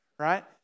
Right